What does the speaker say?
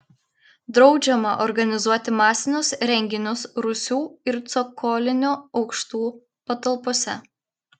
draudžiama organizuoti masinius renginius rūsių ir cokolinių aukštų patalpose